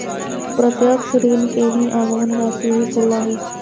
प्रत्यक्ष ऋण के ही आगमन राशी भी बोला हइ